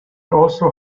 also